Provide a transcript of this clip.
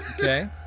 Okay